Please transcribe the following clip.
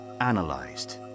analyzed